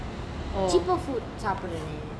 cheaper food சாப்பிடுறது:sapdurathu